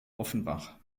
offenbach